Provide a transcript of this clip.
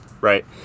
right